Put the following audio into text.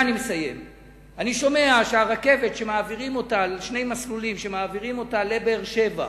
אני שומע שהרכבת שמעבירים אותה על שני מסלולים מאשקלון לבאר-שבע,